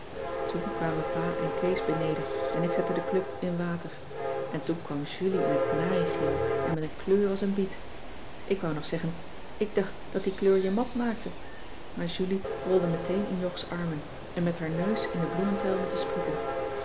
toen kwamen pa en kees beneden en ik zette de club in water en toen kwam julie in t kanariegeel en met een kleur als een biet ik wou nog zeggen ik dacht dat die kleur je mat maakte maar julie rolde meteen in jogs armen en met haar neus in den bloementuil met de sprieten